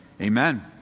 Amen